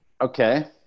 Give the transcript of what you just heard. Okay